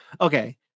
okay